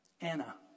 Anna